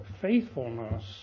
faithfulness